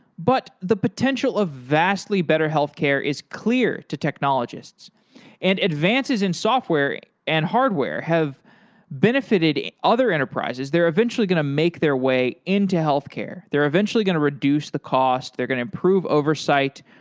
but the potential of vastly better healthcare is clear to technologists and advances in software and hardware have benefited other enterprises. they're eventually going to make their way into healthcare. they're eventually going to reduce the cost. they're going to improve oversight.